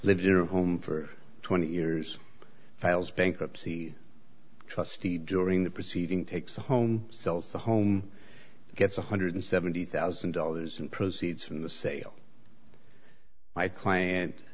lived in a home for twenty years files bankruptcy trustee during the proceeding takes home sells the home gets one hundred seventy thousand dollars and proceeds from the sale my client